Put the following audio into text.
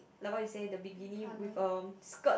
like what you say the bikini with a skirt